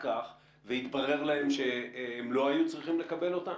כך והתברר להם שהם לא היו צריכים לקבל אותן?